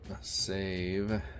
save